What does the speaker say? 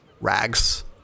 rags